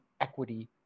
equity